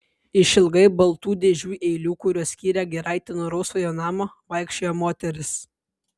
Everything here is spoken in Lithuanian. išilgai baltų dėžių eilių kurios skyrė giraitę nuo rausvojo namo vaikščiojo moteris